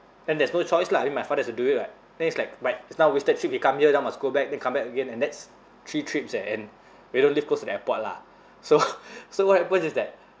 then there's no choice lah I mean my father has to do it right then it's like like is now wasted trip we come here now must go back then come back again and that's three trips eh and we don't live close to the airport lah so so what happens is that